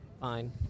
Fine